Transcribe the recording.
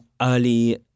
early